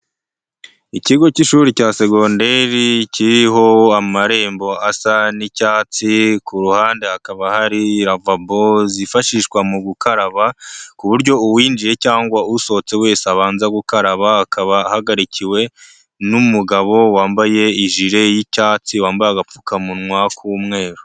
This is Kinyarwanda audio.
Ikigo cy'ishuri cya segonderi kiriho amarembo asa n'icyatsi ku ruhande hakaba hari lavabo zifashishwa mu gukaraba, ku buryo uwinjiye cyangwa usohotse wese abanza gukaraba, akaba ahagarikiwe n'umugabo wambaye ijire y'icyatsi wambaye agapfukamunwa k'umweru.